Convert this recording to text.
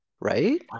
right